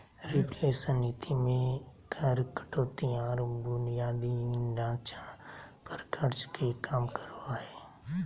reflation नीति मे कर कटौती आर बुनियादी ढांचा पर खर्च के काम करो हय